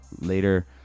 later